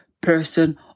person